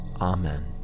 Amen